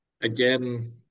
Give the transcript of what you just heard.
again